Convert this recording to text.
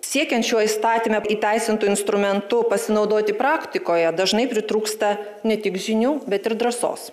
siekiant šio įstatyme įteisintų instrumentu pasinaudoti praktikoje dažnai pritrūksta ne tik žinių bet ir drąsos